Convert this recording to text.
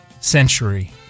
century